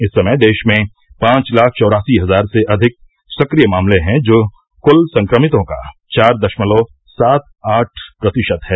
इस समय देश में पांच लाख चौरासी हजार से अधिक सक्रिय मामले हैं जो कुल संक्रमितों का चार दशमलव सात आठ प्रतिशत है